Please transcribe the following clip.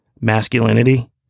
Masculinity